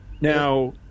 Now